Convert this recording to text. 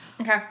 Okay